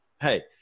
hey